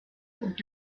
und